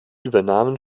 übernahmen